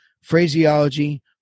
phraseology